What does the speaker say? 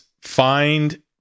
find